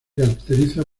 caracteriza